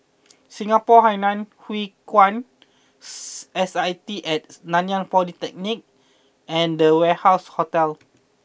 Singapore Hainan Hwee Kuan S I T at Nanyang Polytechnic and The Warehouse Hotel